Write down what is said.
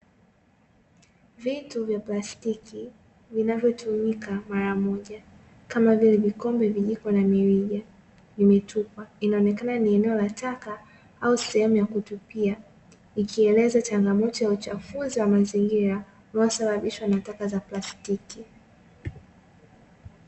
Vitu vya plastiki vinavyotumika mara moja kama vile vikombe, vijiko na mirija vimetupwa inaonekana ni eneo la taka au sehemu ya kutupia ikieleza changamoto ya uchafuzi wa mazingira unaosababishwa na taka za plastiki.